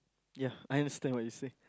ya I understand what you say